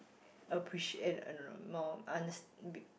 appreciate eh no no no more under~